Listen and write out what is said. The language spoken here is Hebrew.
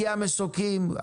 הגיעו מסוקים,